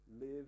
Live